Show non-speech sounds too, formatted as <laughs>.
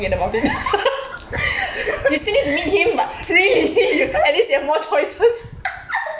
<laughs>